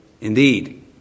indeed